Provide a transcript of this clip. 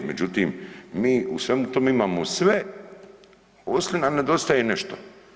Međutim, mi u svemu tome imamo sve osim da nam nedostaje nešto.